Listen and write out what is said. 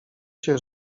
się